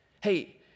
hey